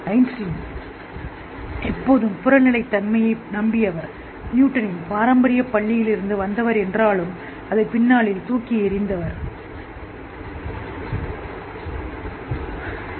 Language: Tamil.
ஐன்ஸ்டீன் எப்போதும் புறநிலைத்தன்மையை நம்புபவர் பாரம்பரிய பள்ளியிலிருந்து வருகிறார் அவர் நியூட்டனின் உலகத்தை தூக்கி எறிந்தார் ஆனால் அவர் இன்னும் அந்த உலகத்திலிருந்து வந்தவர்